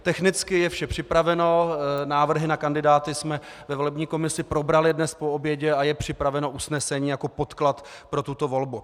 Technicky je vše připraveno, návrhy na kandidáty jsme ve volební komisi probrali dnes po obědě a je připraveno usnesení jako podklad pro tuto volbu.